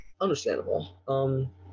Understandable